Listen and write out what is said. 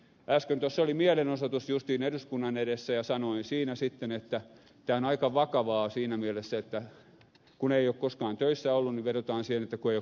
äsken tuossa oli mielenosoitus justiin eduskunnan edessä ja sanoin siinä sitten että tämä on aika vakavaa siinä mielessä että kun ei ole koskaan töissä ollut niin vedotaan siihen että ei ole kokemusta